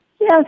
Yes